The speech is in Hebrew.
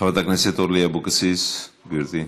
חברת הכנסת אורלי אבקסיס, גברתי.